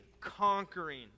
conquering